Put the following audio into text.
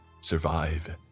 Survive